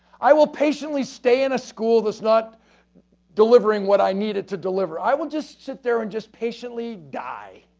i will patiently stay in a school that's not delivering what i needed to deliver. i will just sit there and just patiently die.